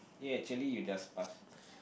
eh actually you just pass